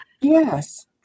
Yes